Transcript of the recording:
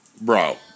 Bro